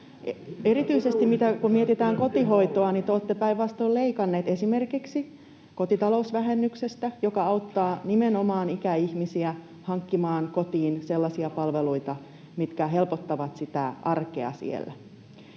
Erityisesti kun mietitään kotihoitoa, niin te olette päinvastoin leikanneet esimerkiksi kotitalousvähennyksestä, joka auttaa nimenomaan ikäihmisiä hankkimaan kotiin sellaisia palveluita, mitkä helpottavat sitä arkea siellä.